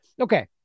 Okay